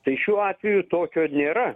tai šiuo atveju tokio nėra